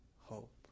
hope